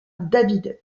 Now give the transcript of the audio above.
david